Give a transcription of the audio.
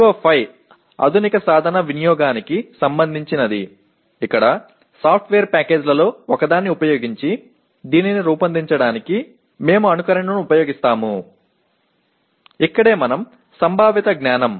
PO5 என்பது நவீன கருவி பயன்பாட்டுடன் தொடர்புடையது அதற்கான மென்பொருள் தொகுப்புகளில் ஒன்றைப் பயன்படுத்தி இதை வடிவமைப்பதற்கான உருவகப்படுத்துதலைப் பயன்படுத்துகிறோம்